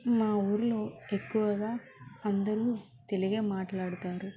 మా ఊర్లో ఎక్కువగా అందరూ తెలుగే మాట్లాడుతారు